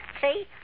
See